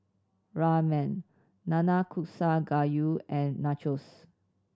Ramen Nanakusa Gayu and Nachos